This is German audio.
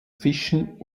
fischen